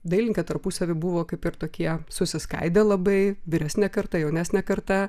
dailininkai tarpusavyje buvo kaip ir tokie susiskaidę labai vyresnė karta jaunesnė karta